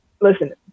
listen